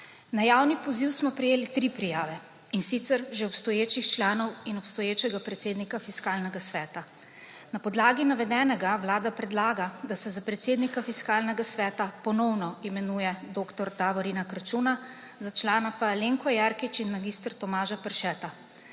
Na javni poziv smo prejeli tri prijave, in sicer že obstoječih članov in obstoječega predsednika Fiskalnega sveta. Na podlagi navedenega Vlada predlaga, da se za predsednika Fiskalnega sveta ponovno imenuje dr. Davorin Kračun, za člana pa Alenka Jerkič in mag. Tomaž Perše.